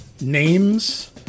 names